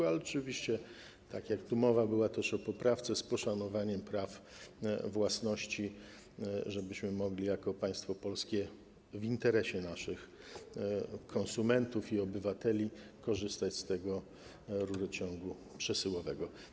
Była też tu mowa o poprawce z poszanowaniem praw własności, żebyśmy mogli jako państwo polskie w interesie naszych konsumentów i obywateli korzystać z tego rurociągu przesyłowego.